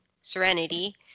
Serenity